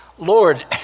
Lord